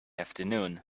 afternoon